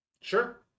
Sure